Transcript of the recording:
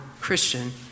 Christian